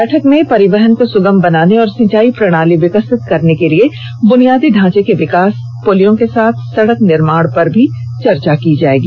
बैठक में परिवहन को सुगम बनाने और सिंचाई प्रणाली विकसित करने के लिए बुनियादी ढांचे ँ के विकास पुलियों के साथ सड़क निर्माण पर चर्चा की जायेगी